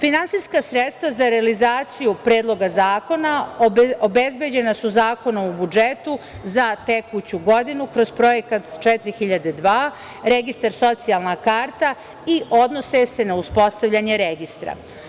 Finansijska sredstva za realizaciju Predloga zakona obezbeđena su Zakonom o budžetu za tekuću godinu, kroz Projekat 4002, registar Socijalna karta i odnose se na uspostavljanje registra.